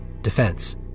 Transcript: Defense